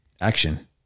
action